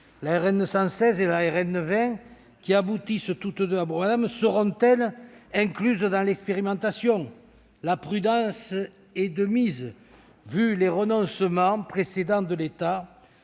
La RN116 et la RN20, qui aboutissent toutes deux à Bourg-Madame, seront-elles incluses dans l'expérimentation ? La prudence est de mise, vu les renoncements précédents de l'État,